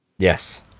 Yes